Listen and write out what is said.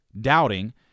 doubting